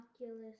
Oculus